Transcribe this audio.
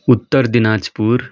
Uttar Dinajpur